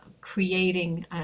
creating